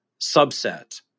subset